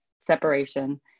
separation